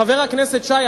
חבר הכנסת שי,